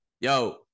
Yo